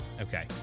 Okay